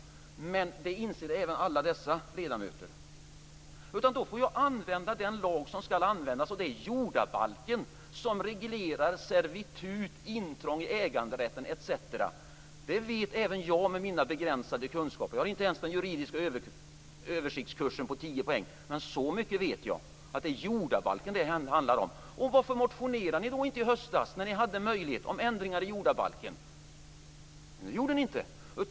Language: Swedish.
Men detta inser även alla dessa ledamöter. Då får jag använda den lag som skall användas, nämligen jordabalken. Den reglerar servitut, intrång i äganderätten osv. Det vet även jag med mina begränsade kunskaper. Jag har inte ens genomgått den juridiska översiktskursen på 10 poäng. Men jag vet att det handlar om jordabalken. Varför väckte ni inte motioner i höstas när ni hade möjlighet att föreslå ändringar i jordabalken? Det gjorde ni inte.